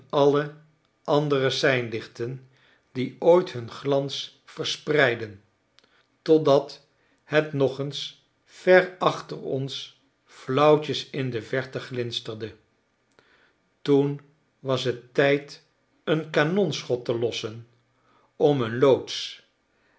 alle andere seinlichten die ooit hun glans verspreidden totdat het nog eens ver achter ons flauwtjes in de verte glinsterde toen was het tijd een kanonschot te lossen om een loods